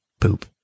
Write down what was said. poop